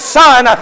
son